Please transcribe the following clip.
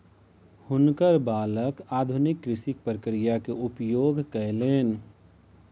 हुनकर बालक आधुनिक कृषि प्रक्रिया के उपयोग कयलैन